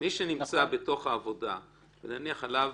מי שנמצא בעבודה, נניח עליו